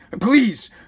Please